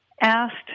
asked